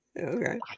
Okay